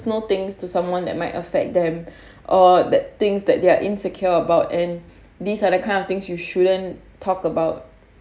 small things to someone that might affect them or that things that they're insecure about and these are the kind of things you shouldn't talk about